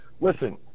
listen